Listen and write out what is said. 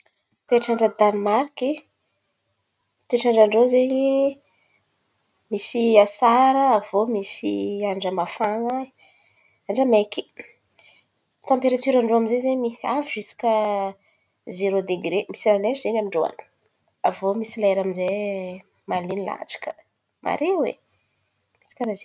Toetrandra Danmarky, toetrandran-drô zen̈y misy asara, avô misy andra mafana, andra maiky. Tamperatioran-drô amy zay zen̈y avy ziska zerô degre, misy la neizy zen̈y amin-drô an̈y. Aviô misy lera aminjay malen̈y latsaka mare oe. Misy karàha zen̈y.